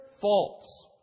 false